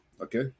Okay